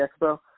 Expo